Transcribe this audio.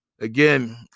Again